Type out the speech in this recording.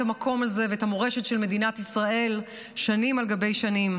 המקום הזה ואת המורשת של מדינת ישראל שנים על גבי שנים.